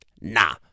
Nah